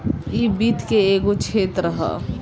इ वित्त के एगो क्षेत्र ह